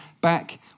back